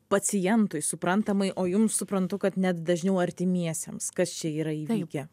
pacientui suprantamai o jums suprantu kad net dažniau artimiesiems kas čia yra įvykę